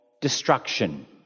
destruction